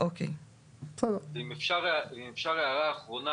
אם אפשר הערה אחרונה.